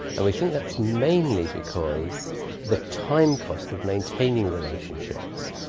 and we think that is mainly because the time cost of maintaining relationships,